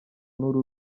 n’uru